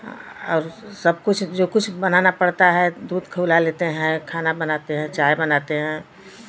और सब कुछ जो कुछ बनाना पड़ता है दूध खौला लेते हैं खाना बनाते हैं चाय बनाते हैं